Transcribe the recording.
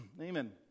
Amen